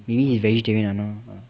maybe he's vegetarian